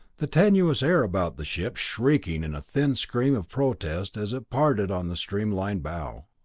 the tenuous air about the ship shrieking in a thin scream of protest as it parted on the streamlined bow.